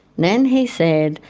then he said,